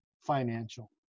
financial